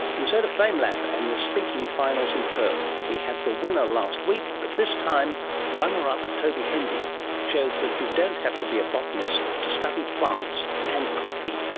and sort of famelab, and the speaking finals in perth. we had the winner last week, but this time runner-up toby hendy shows that you don't have to be a botanist to study plants and coffee.